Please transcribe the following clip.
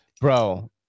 bro